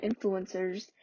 influencers